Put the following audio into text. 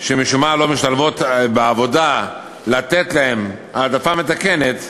שמשום מה לא משתלבות בעבודה ולתת להן העדפה מתקנת.